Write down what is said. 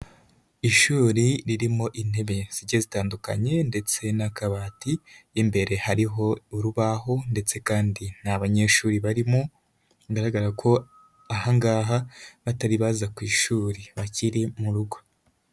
Ishuri ririmo intebe zigiye zitandukanye ndetse n'akabati imbere hariho urubaho ndetse kandi nta banyeshuri barimo, bigaragara ko aha ngaha batari baza ku ishuri bakiri mu rugo.